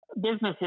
businesses